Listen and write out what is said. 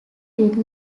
did